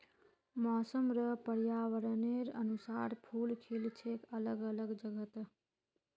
मौसम र पर्यावरनेर अनुसार फूल खिल छेक अलग अलग जगहत